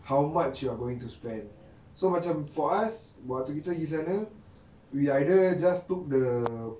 how much you are going to spend so macam for us while kita pergi sana we either just took the